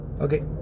Okay